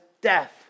death